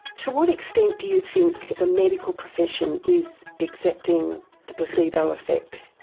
to what extent do you think the medical profession is accepting the placebo effect?